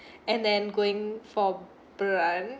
and then going for brunch